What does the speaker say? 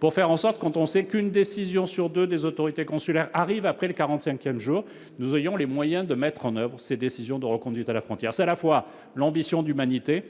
pour faire en sorte quand on sait qu'une décision sur 2 des autorités consulaires arrive après le 45ème jour nous aurions les moyens de mettre en oeuvre ces décisions de reconduite à la frontière, c'est à la fois l'ambition d'humanité,